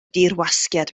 dirwasgiad